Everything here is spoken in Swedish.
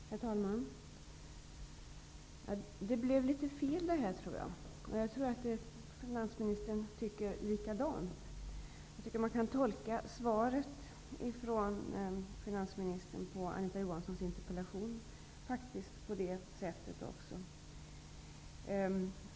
Herr talman! Det blev litet fel det här, tror jag. Jag tror att finansministern tycker likadant. Jag tycker man kan tolka svaret från finansministern på Anita Johanssons interpellation på det sättet.